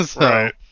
Right